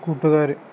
കൂട്ടുകാർ